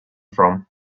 from